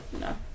No